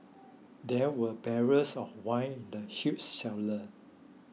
there were barrels of wine in the huge cellar